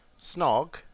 Snog